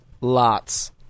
Lots